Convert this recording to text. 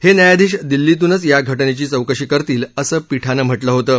हे न्यायाधीश दिल्लीतूनच या घटनेची चौकशी करतील असं पीठानं म्हटलं होतं